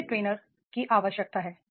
कैसे ट्रेनर की आवश्यकता है